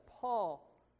Paul